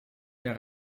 der